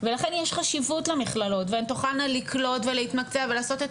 ולכן יש חשיבות למכללות והן תוכלנה לקלוט ולהתמקצע ולעשות את